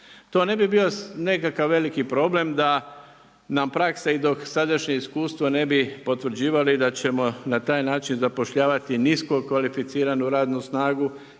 To ne bi bio nekakav veliki problem da nam praksa i dok sadašnje iskustvo ne bi potvrđivali da ćemo na taj način zapošljavati nisko kvalificiranu radnu snagu